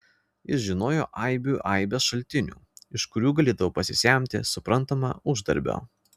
jis žinojo aibių aibes šaltinių iš kurių galėdavo pasisemti suprantama uždarbio